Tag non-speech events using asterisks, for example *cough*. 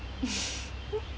*laughs*